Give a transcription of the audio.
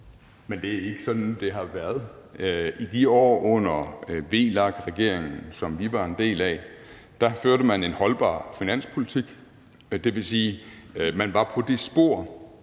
Men det er ikke sådan, det har været. I de år under VLAK-regeringen, som vi var en del af, førte man en holdbar finanspolitik, og det vil sige, at man var på det spor,